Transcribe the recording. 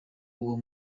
uwo